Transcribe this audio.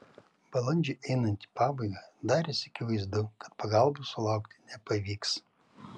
balandžiui einant į pabaigą darėsi akivaizdu kad pagalbos sulaukti nepavyks